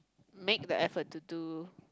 make the effort to do